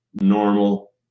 normal